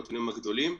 הנתונים הגדולים.